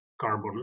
carbon